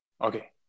Okay